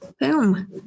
Boom